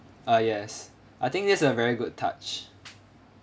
uh yes I think that's a very good touch